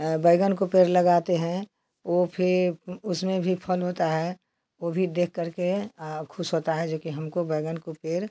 बैंगन को पेड़ लगाते हैं वह फिर उसमें भी फल होता है वह भी देख करके खुश होता है जो कि हमको बैंगन को पेड़